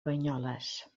banyoles